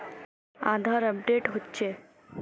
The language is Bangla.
আধার আপডেট হচ্ছে?